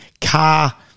car